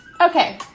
okay